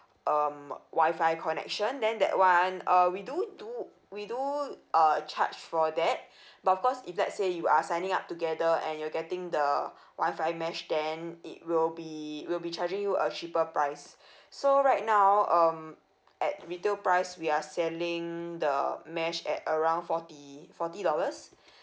um me~ wifi connection then that one uh we do do we do uh charge for that but of course if let say you are signing up together and you're getting the wifi mesh then it will be we'll be charging you a cheaper price so right now um at retail price we are selling the mesh at around forty forty dollars